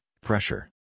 pressure